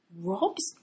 Rob's